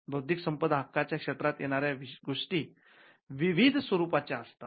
बौद्धिक संपदा हक्कच्या क्षेत्रात येणाऱ्या गोष्टी विविध स्वरूपाच्या असतात